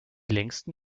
längsten